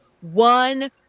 one